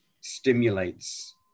stimulates